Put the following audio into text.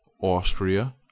Austria